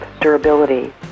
durability